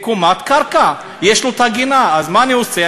בקומת קרקע, יש להם גינה, אז מה אני עושה?